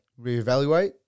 Reevaluate